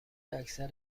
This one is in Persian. اکثر